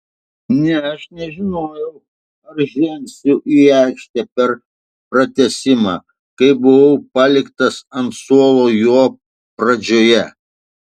ne aš nežinojau ar žengsiu į aikštę per pratęsimą kai buvau paliktas ant suolo jo pradžioje